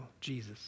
Jesus